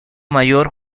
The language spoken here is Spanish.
mayor